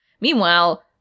Meanwhile